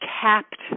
capped